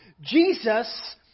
Jesus